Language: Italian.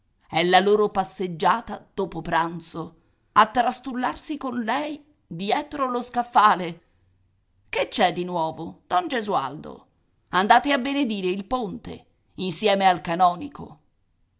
è la loro passeggiata dopopranzo a trastullarsi con lei dietro lo scaffale che c'è di nuovo don gesualdo andate a benedire il ponte insieme al canonico